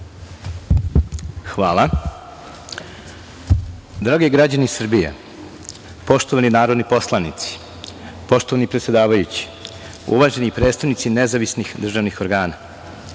Hvala. Dragi građani Srbije, poštovani narodni poslanici, poštovani predsedavajući, uvaženi predstavnici nezavisnih državnih organa,